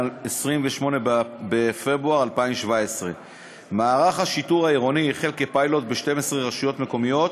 28 בפברואר 2017. מערך השיטור העירוני החל כפיילוט ב-12 רשויות מקומיות.